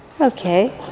Okay